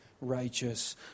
righteous